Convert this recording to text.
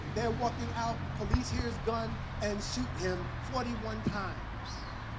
they are walking out, the police hear his gun and shoot him forty one times.